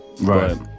Right